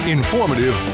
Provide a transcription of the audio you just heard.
Informative